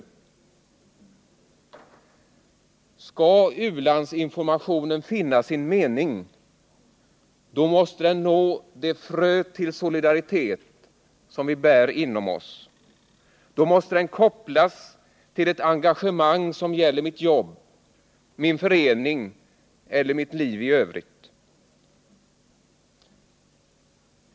Skall u-landsinformationen finna sin mening, då måste den nå det frö till solidaritet som vi bär inom oss, då måste den kopplas till ett engagemang som gäller mitt jobb, min förening eller mitt liv i övrigt.